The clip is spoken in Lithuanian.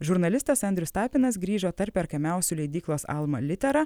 žurnalistas andrius tapinas grįžo tarp perkamiausių leidyklos alma litera